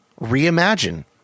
reimagine